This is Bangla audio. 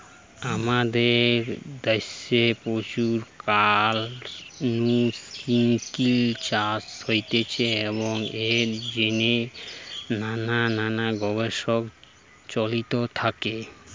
আমাদের দ্যাশে প্রাচীন কাল নু সিল্ক চাষ হতিছে এবং এর জিনে নানান গবেষণা চলতে থাকি